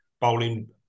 bowling